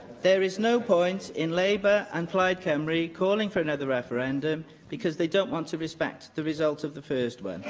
there is no point in labour and plaid cymru calling for another referendum, because they don't want to respect the result of the first one.